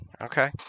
okay